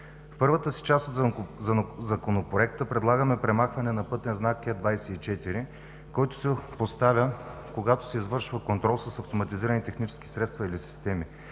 В първата част на Законопроекта предлагаме премахване на пътен знак Е 24, който се поставя, когато се извършва контрол с автоматизирани технически средства или системи.